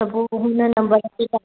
त पोइ हुन नंबर ते तव्हां